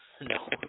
No